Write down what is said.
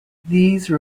these